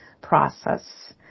process